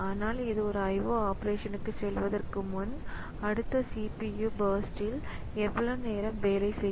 ஆனால் இது ஒரு IO ஆபரேஷனுக்குச் செல்வதற்கு முன் அடுத்த CPU பர்ஸ்ட்ல் எவ்வளவு நேரம் வேலை செய்யும்